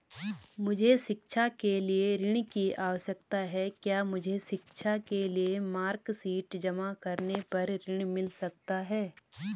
मुझे शिक्षा के लिए ऋण की आवश्यकता है क्या मुझे शिक्षा के लिए मार्कशीट जमा करने पर ऋण मिल सकता है?